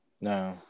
No